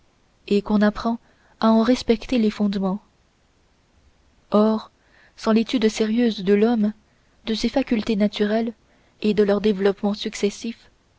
et qu'on apprend à en respecter les fondements or sans l'étude sérieuse de l'homme de ses facultés naturelles et de leurs développements successifs